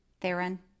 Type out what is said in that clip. Theron